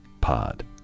pod